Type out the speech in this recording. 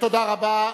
תודה רבה.